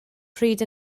pryd